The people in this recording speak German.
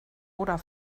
oder